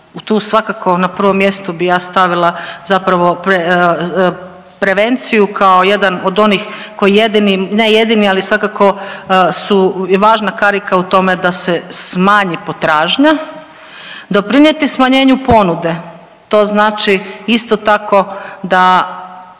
Tu svakako na prvo mjesto bih ja stavila zapravo prevenciju kao jedan od onih koji jedini, ne jedini ali svakako su važna karika u tome da se smanji potražnja. Doprinijeti smanjenju ponude to znači isto tako da